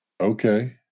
Okay